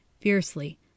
fiercely